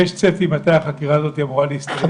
יש צפי מתי החקירה הזאת אמורה להסתיים?